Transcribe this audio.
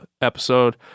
episode